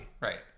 Right